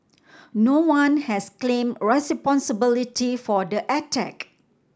no one has claimed responsibility for the attack